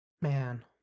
Man